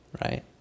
right